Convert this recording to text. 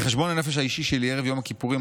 "בחשבון הנפש האישי שלי ערב יום הכיפורים,